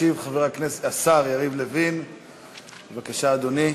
ישיב השר יריב לוין, בבקשה, אדוני.